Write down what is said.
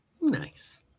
nice